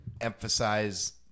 emphasize